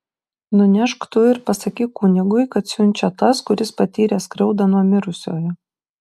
nunešk tu ir pasakyk kunigui kad siunčia tas kuris patyrė skriaudą nuo mirusiojo